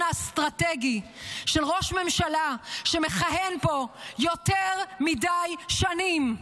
האסטרטגי של ראש ממשלה שמכהן פה יותר מדי שנים.